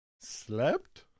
Slept